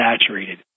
saturated